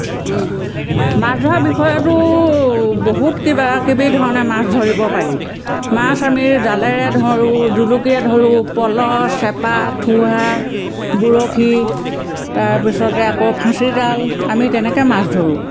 মাছ ধোৱা বিষয়তো বহুত কিবা কিবি ধৰণে মাছ ধৰিব পাৰি মাছ আমি জালেৰে ধৰোঁ জুলুকিৰে ধৰোঁ পল চেপা থুহা বৰশী তাৰপিছতে আকৌ ফাঁচিজাল আমি তেনেকে মাছ ধৰোঁ